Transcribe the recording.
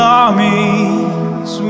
armies